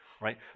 right